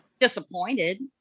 disappointed